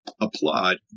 applaud